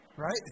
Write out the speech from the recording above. right